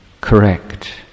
correct